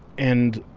and